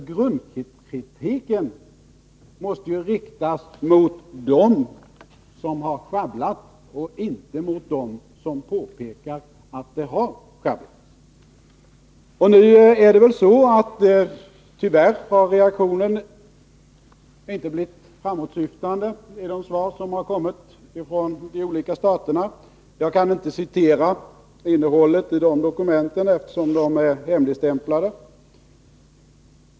Grundkritiken måste ju riktas mot dem som har sjabblat och inte mot dem som påpekat att det har sjabblats. Tyvärr har reaktionen inte blivit så framåtsyftande i de svar som kommit från de olika staterna. Jag kan inte citera innehållet i de dokumenten, eftersom de är hemligstämplade.